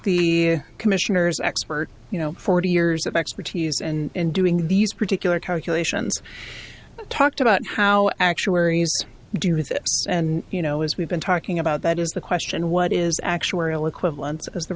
the commissioners expert you know forty years of expertise and doing these particular calculations talked about how actuaries do with it and you know as we've been talking about that is the question what is actuarial equivalen